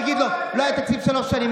תגיד לו: לא היה תקציב שלוש שנים.